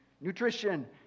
Nutrition